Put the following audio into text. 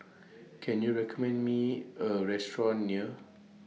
Can YOU recommend Me A Restaurant near